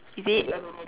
is it